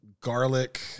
garlic